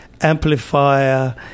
amplifier